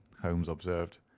holmes observed.